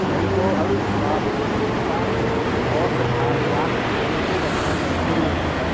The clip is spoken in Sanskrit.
एल्कोहल् स्वाब् युक्तान् ओषधालयान् सूचीबद्धं कुरु